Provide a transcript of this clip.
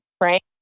right